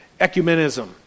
ecumenism